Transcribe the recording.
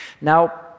now